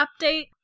update